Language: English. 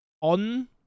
on